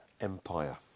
empire